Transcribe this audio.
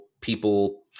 people –